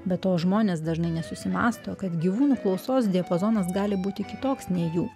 be to žmonės dažnai nesusimąsto kad gyvūnų klausos diapazonas gali būti kitoks nei jų